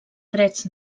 drets